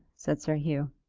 said sir hugh.